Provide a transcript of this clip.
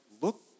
look